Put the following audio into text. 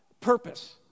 purpose